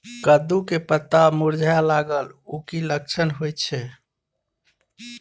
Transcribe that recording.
कद्दू के पत्ता मुरझाय लागल उ कि लक्षण होय छै?